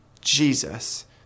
Jesus